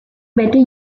better